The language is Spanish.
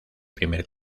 primer